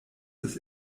des